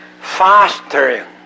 fostering